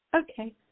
Okay